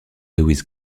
lewis